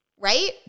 Right